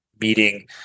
meeting